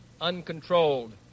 uncontrolled